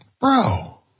Bro